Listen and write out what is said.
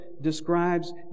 describes